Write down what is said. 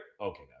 Okay